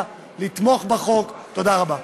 אני רק רוצה להתייחס בקצרה לדבריו